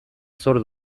zor